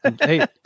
hey